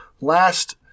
last